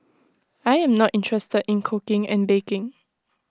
I am not interested in cooking and baking